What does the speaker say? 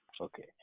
Okay